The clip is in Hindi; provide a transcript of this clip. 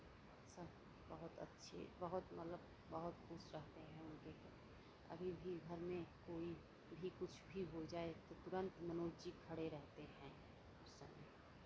सब बहुत अच्छे बहुत मतलब बहुत खुश रहते हैं उनके अभी भी घर में कोई भी कुछ भी हो जाये तो तुरंत मनोज जी खड़े रहते हैं उस समय